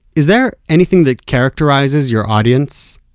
is there anything that characterizes your audience?